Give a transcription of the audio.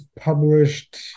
published